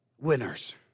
winners